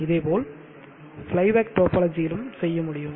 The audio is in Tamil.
இதேபோல் ஃப்ளை பேக் டோபாலஜியிலும் செய்ய முடியும்